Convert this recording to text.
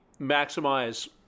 maximize